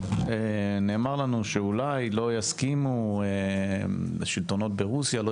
דה-רקורד שאולי השלטונות ברוסיה לא